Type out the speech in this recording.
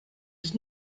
does